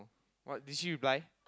what did she reply